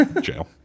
jail